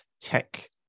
tech